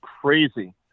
crazy